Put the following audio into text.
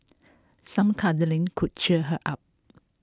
some cuddling could cheer her up